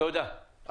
תודה.